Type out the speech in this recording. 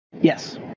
yes